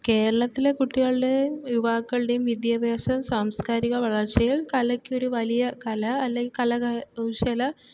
കേരളത്തിലെ കുട്ടികളുടെയും യുവാക്കളുടെയും വിദ്യാഭ്യാസം സാംസ്കാരിക വളർച്ചയിൽ കലക്കൊരു വലിയ കല അല്ലെങ്കിൽ കരകൗശല